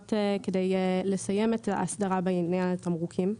מגיעות כדי לסיים את ההסדרה בעניין התמרוקים.